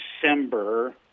December